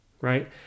right